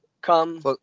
come